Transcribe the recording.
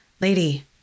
Lady